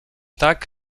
tak